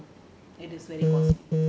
it is very costly